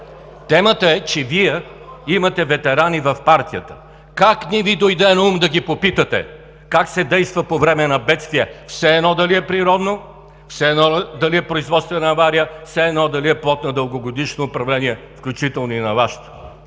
Темата е, че Вие имате ветерани в партията. Как не Ви дойде наум да ги попитате как се действа по време на бедствия – все едно дали е природно, все едно дали е производствена авария, все едно дали е плод на дългогодишно управление, включително и на Вашето?